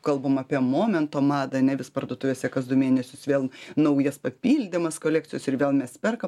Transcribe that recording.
kalbam apie momento madą ane vis parduotuvėse kas du mėnesius vėl naujas papildymas kolekcijos ir vėl mes perkam